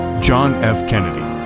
john f kennedy